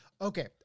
okay